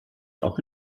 auch